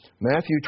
Matthew